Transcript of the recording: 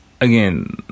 Again